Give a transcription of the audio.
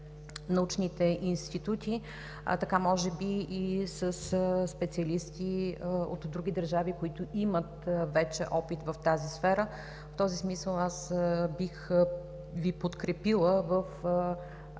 научните институти, а така може би и със специалисти от други държави, които имат вече опит в тази сфера. В този смисъл аз бих Ви подкрепила в